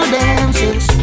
dances